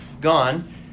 gone